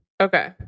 Okay